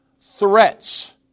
threats